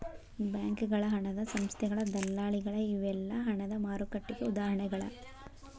ಬ್ಯಾಂಕಗಳ ಹಣದ ಸಂಸ್ಥೆಗಳ ದಲ್ಲಾಳಿಗಳ ಇವೆಲ್ಲಾ ಹಣದ ಮಾರುಕಟ್ಟೆಗೆ ಉದಾಹರಣಿಗಳ